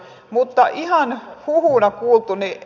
mutta ihan huhuna kuultu